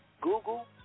Google